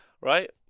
Right